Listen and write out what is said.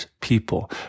people